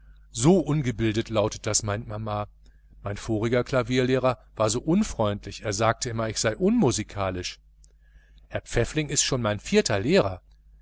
so ungebildet lautet das meint mama mein voriger klavierlehrer war so unfreundlich er sagte immer ich sei unmusikalisch herr pfäffling ist schon mein vierter lehrer